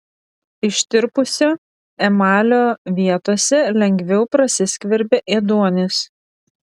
ištirpusio emalio vietose lengviau prasiskverbia ėduonis